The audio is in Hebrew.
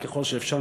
ככל שאפשר,